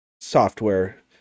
software